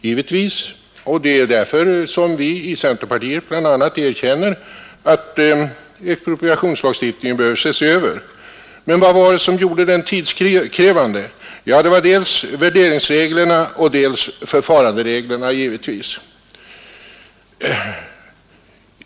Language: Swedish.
Givetvis var den det, och det är bl.a. därför vi i centerpartiet erkänner att expropriationslagstiftningen behöver ses över. Men vad var det som gjorde den tidskrävande? Jo, dels var det värderingsreglerna, dels givetvis förfarandereglerna.